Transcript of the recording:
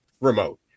remote